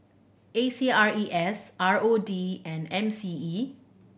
A C R E S R O D and M C E